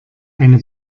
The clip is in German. eine